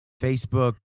Facebook